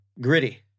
Gritty